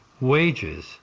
wages